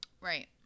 right